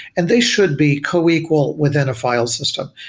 and they should be co-equal within a file system.